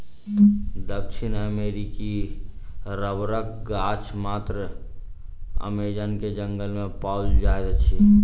दक्षिण अमेरिकी रबड़क गाछ मात्र अमेज़न के जंगल में पाओल जाइत अछि